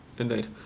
indeed